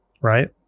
right